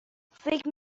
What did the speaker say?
فکر